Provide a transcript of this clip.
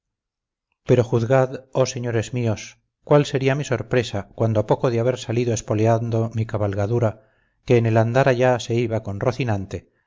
pero juzgad oh señores míos cuál sería mi sorpresa cuando a poco de haber salido espoleando mi cabalgadura que en el andar allá se iba con rocinante